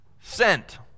sent